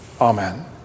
Amen